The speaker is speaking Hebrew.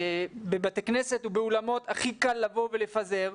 בבתי הכנסת ובאולמות הכי קל לבוא ולפזר.